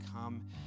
come